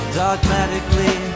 dogmatically